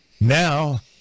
Now